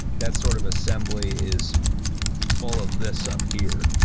that sort of assembly is all of this up here.